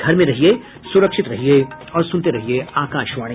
घर में रहिये सुरक्षित रहिये और सुनते रहिये आकाशवाणी